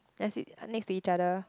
then sleep next to each other